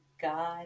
God